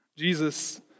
Jesus